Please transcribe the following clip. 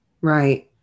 Right